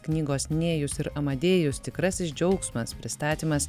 knygos nėjus ir amadėjus tikrasis džiaugsmas pristatymas